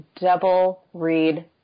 double-read